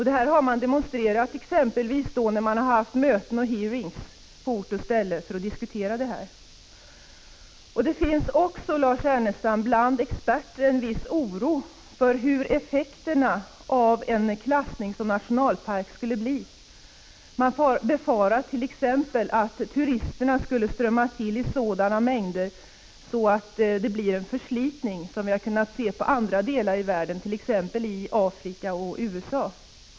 Detta har demonstrerats vid de möten och hearings på ort och ställe där det här diskuterats. Det finns också, Lars Ernestam, bland experter en viss oro för hur effekterna av en klassning som nationalpark skulle bli. Man hart.ex. befarat att turisterna skulle strömma till i sådana mängder att det blir en förslitning. Det har man kunnat se i andra delar av världen, t.ex. i Afrika och USA.